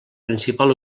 principal